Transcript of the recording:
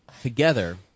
Together